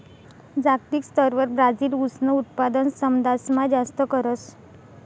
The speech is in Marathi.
जागतिक स्तरवर ब्राजील ऊसनं उत्पादन समदासमा जास्त करस